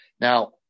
Now